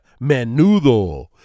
Menudo